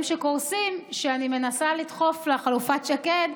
שקורסים שאני מנסה לדחוף לחלופת שקד,